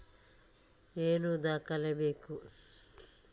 ಏನು ದಾಖಲೆ ಬೇಕು?